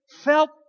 felt